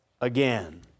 again